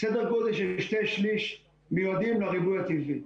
סדר גודל של שני שלישים מיועדים לריבוי הטבעי.